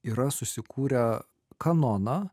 yra susikūrę kanoną